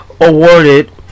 awarded